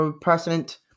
president